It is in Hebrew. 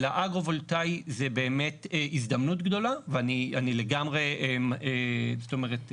האגרו-וולטאי זה באמת הזדמנות גדולה ואני לגמרי מסכים